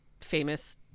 famous